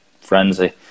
frenzy